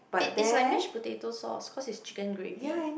it is like mashed potato sauce cause it's chicken gravy